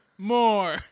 more